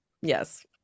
yes